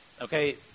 Okay